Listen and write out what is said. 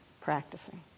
practicing